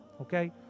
okay